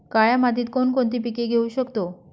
काळ्या मातीत कोणकोणती पिके घेऊ शकतो?